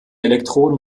elektroden